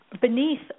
beneath